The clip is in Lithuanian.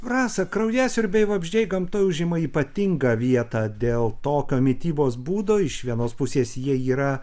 rasa kraujasiurbiai vabzdžiai gamtoj užima ypatingą vietą dėl tokio mitybos būdo iš vienos pusės jie yra